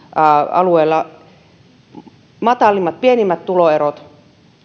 alueella pienimmät tuloerot